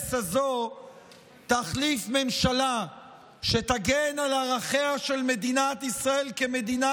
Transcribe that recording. וההרס הזו תחליף ממשלה שתגן על ערכיה של מדינת ישראל כמדינה